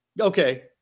okay